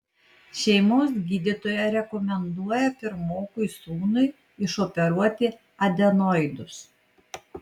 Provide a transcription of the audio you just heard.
šeimos gydytoja rekomenduoja pirmokui sūnui išoperuoti adenoidus